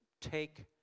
take